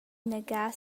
inaga